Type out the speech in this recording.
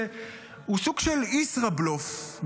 שהוא סוג של ישראבלוף,